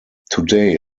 today